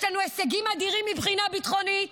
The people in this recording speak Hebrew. יש לנו הישגים אדירים מבחינה ביטחונית.